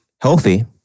healthy